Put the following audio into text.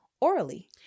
orally